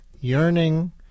yearning